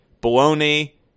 bologna